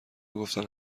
گفتن